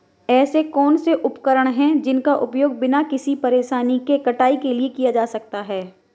ऐसे कौनसे उपकरण हैं जिनका उपयोग बिना किसी परेशानी के कटाई के लिए किया जा सकता है?